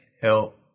help